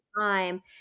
time